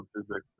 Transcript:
physics